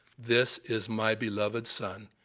this is my beloved son.